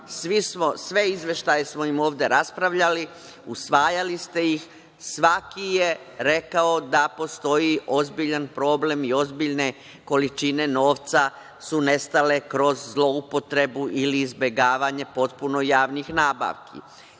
Sve izveštaje smo im ovde raspravljali, usvajali ste ih. Svaki je rekao da postoji ozbiljan problem i ozbiljne količine novca su nestale kroz zloupotrebu ili izbegavanje potpuno javnih nabavki.